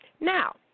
Now